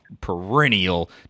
perennial